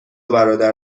برادر